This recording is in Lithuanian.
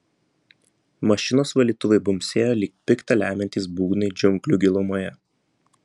mašinos valytuvai bumbsėjo lyg pikta lemiantys būgnai džiunglių gilumoje